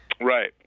Right